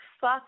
fuck